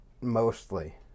mostly